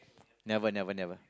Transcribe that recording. never never never